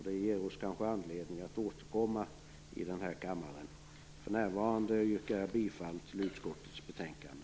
Det ger oss kanske anledning att återkomma till frågan i denna kammare. Nu yrkar jag bifall till hemställan i utskottets betänkande.